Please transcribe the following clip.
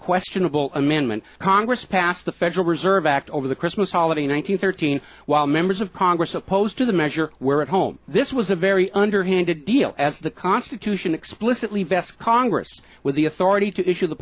questionable amendment congress passed the federal reserve act over the christmas holiday in one thousand thirteen members of congress opposed to the measure were at home this was a very underhanded deal as the constitution explicitly vests congress with the authority to issue the